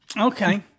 Okay